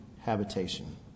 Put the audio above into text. habitation